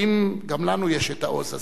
האם גם לנו יש העוז הזה?